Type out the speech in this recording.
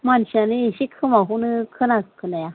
मानसियानो एसे खोमाखौनो खोनाया खोनाया